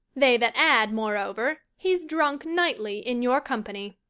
they that add, moreover, he's drunk nightly in your company.